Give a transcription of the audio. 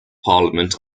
parliament